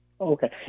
Okay